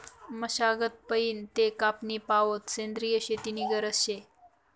मशागत पयीन ते कापनी पावोत सेंद्रिय शेती नी गरज शे